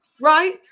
Right